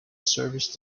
service